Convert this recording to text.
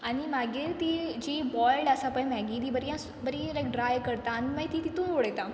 आनी मागीर ती जी बॉयल्ड आसा पय मॅगी ती बरी हांव सु बरी लायक ड्राय करता आन माय ती तितूंत उडयता